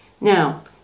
Now